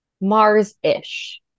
Mars-ish